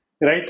right